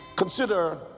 Consider